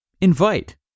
Invite